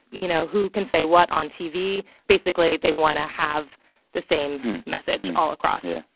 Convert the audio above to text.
you know, who can say what on tv. basically, they want to have the same message all across yeah.